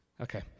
Okay